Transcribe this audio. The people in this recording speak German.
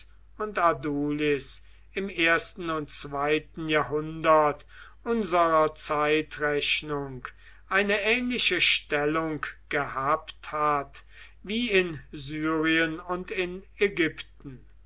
und adulis im ersten und zweiten jahrhundert unserer zeitrechnung eine ähnliche stellung gehabt hat wie in syrien und in ägypten